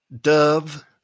dove